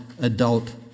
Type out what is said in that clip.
adult